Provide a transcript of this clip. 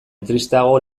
tristeago